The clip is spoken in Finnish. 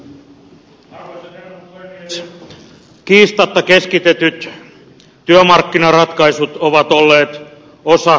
kiistatta keskitetyt työmarkkinaratkaisut ovat olleet osa suomalaista menestystarinaa